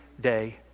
day